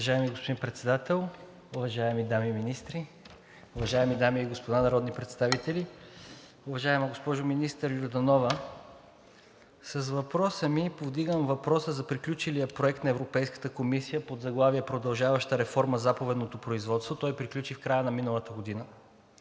Уважаеми господин Председател, уважаеми дами министри, уважаеми дами и господа народни представители! Уважаема госпожо министър Йорданова, с въпроса ми повдигам въпроса за приключилия проект на Европейската комисия под заглавие „Продължаваща реформа в заповедното производство“, той приключи в края на миналата година